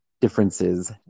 differences